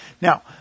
Now